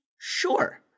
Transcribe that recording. Sure